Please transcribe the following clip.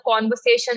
conversation